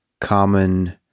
common